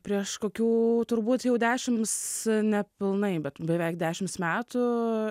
prieš kokių turbūt jau dešims nepilnai bet beveik dešims metų